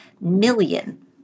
million